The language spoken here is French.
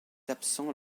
absent